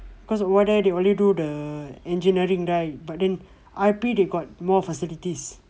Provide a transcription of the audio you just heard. cause over there they only do the the engineering right but then R_P they got more facilities